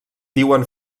diuen